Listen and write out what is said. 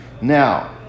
Now